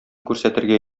күрсәтергә